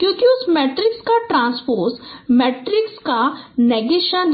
क्योंकि उस मैट्रिक्स का ट्रांन्स्पोज मैट्रिक्स का निगेसन है